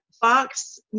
Fox